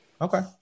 Okay